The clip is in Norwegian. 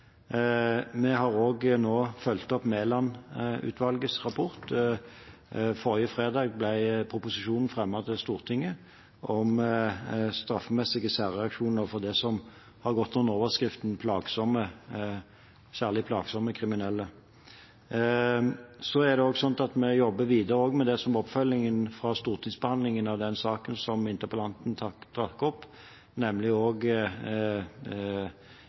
Vi har nå også fulgt opp Mæland-utvalgets rapport. Forrige fredag ble proposisjonen om strafferettslige særreaksjoner for det som har gått under overskriften «særlig plagsomme kriminelle», fremmet for Stortinget. Så jobber vi også videre med det som er oppfølgingen av stortingsbehandlingen av den saken som interpellanten trakk opp, nemlig